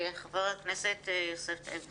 חה"כ יוסף טייב בבקשה.